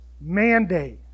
mandate